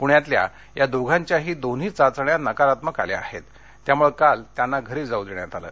पुण्यातल्या या दोघांच्याही दोन्ही चाचण्या नकारात्मक आल्या आहेत त्यामुळे काल त्यांना घरी जाऊ देण्यात आले